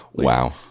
Wow